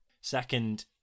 Second